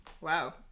wow